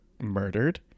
murdered